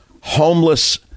homeless